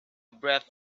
breath